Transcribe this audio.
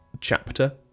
chapter